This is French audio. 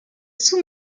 sous